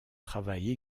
travaille